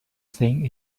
thing